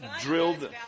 drilled